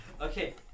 Okay